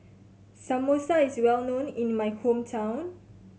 samosa is well known in my hometown